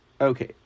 Okay